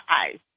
eyes